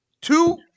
two